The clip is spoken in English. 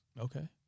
Okay